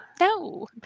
no